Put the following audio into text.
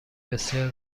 بسیار